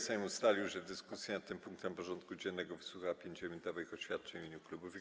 Sejm ustalił, że w dyskusji nad tym punktem porządku dziennego wysłucha 5-minutowych oświadczeń w imieniu klubów i kół.